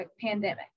pandemic